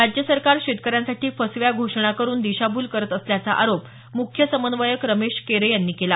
राज्य सरकार शेतकऱ्यांसाठी फसव्या घोषणा करून दिशाभूल करत असल्याचा आरोप मुख्य समन्वयक रमेश केरे यांनी केला